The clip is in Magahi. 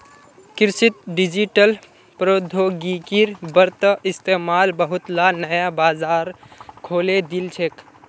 कृषित डिजिटल प्रौद्योगिकिर बढ़ त इस्तमाल बहुतला नया बाजार खोले दिल छेक